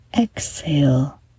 Exhale